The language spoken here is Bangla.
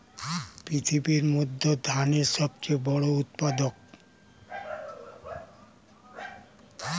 পৃথিবীর মধ্যে ভারত ধানের সবচেয়ে বড় উৎপাদক